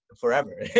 forever